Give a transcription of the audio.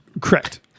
Correct